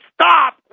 stop